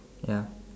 ya